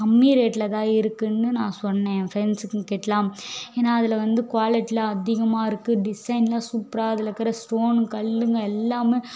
கம்மி ரேட்டில்தான் இருக்குதுனு நான் சொன்னேன் என் ஃபிரண்ட்ஸ்கிட்டலாம் ஏன்னா அதில் வந்து குவாலட்டியெலாம் அதிகமாக இருக்குது டிசைனெலாம் சூப்பராக அதில் இருக்கிற ஸ்டோனு கல்லுங்க எல்லாமே